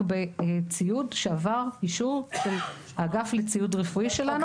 בציוד שעבר אישור של האגף לציוד רפואי שלנו,